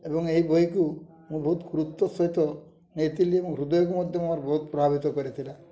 ଏବଂ ଏହି ବହିକୁ ମୁଁ ବହୁତ ଗୁରୁତ୍ୱ ସହିତ ନେଇଥିଲି ଏବଂ ହୃଦୟକୁ ମଧ୍ୟ ମୋର ବହୁତ ପ୍ରଭାବିତ କରିଥିଲା